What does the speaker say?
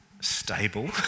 stable